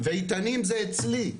ואיתנים זה אצלי.